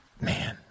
man